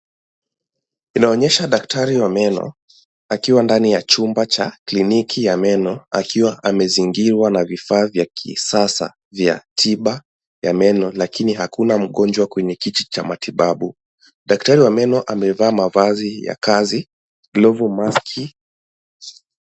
Inaonyesha daktari wa meno akiwa ndani ya chumba cha kliniki ya meno, akiwa amezingirwa na vifaa vya kisasa vya tiba ya meno. Lakini hakuna mgonjwa kwenye kiti cha matibabu. Daktari wa meno amevaa mavazi ya kazi, glovu, mask .